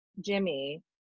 Jimmy